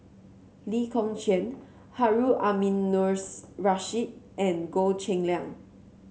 Lee Kong Chian Harun Aminurrashid and Goh Cheng Liang